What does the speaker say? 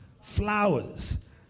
flowers